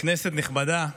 כנסת נכבדה,